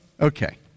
Okay